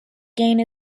gained